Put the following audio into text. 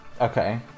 Okay